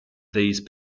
these